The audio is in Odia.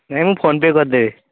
ନାହିଁ ମୁଁ ଫୋନ୍ ପେ କରିଦେବି